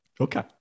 Okay